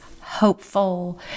hopeful